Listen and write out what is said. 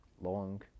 Long